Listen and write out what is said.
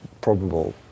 probable